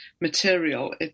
material